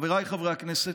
חבריי חברי הכנסת,